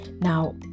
now